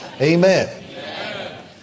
Amen